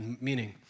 Meaning